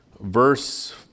verse